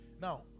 Now